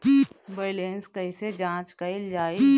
Balance कइसे जांच कइल जाइ?